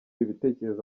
ibitekerezo